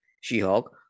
She-Hulk